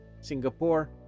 Singapore